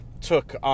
took